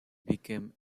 became